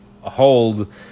hold